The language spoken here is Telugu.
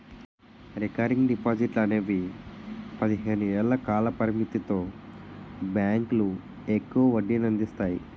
రికరింగ్ డిపాజిట్లు అనేవి పదిహేను ఏళ్ల కాల పరిమితితో బ్యాంకులు ఎక్కువ వడ్డీనందిస్తాయి